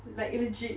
like it legit